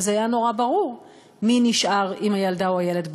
אז היה נורא ברור מי נשאר עם הילדה או הילד בבית.